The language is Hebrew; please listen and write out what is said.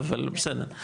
אבל בסדר,